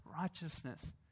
righteousness